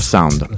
Sound